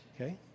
Okay